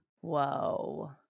Whoa